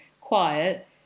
quiet